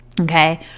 okay